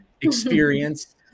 experience